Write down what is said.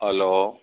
hello